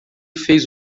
fez